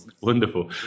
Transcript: wonderful